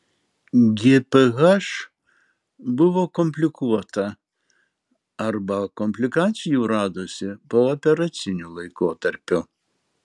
gph buvo komplikuota arba komplikacijų radosi pooperaciniu laikotarpiu